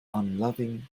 unloving